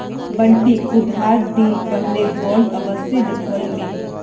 बंटिक उधार दि ल पहले बॉन्ड अवश्य लिखवइ ले